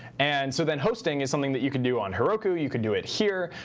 and so then hosting is something that you can do on heroku. you can do it here.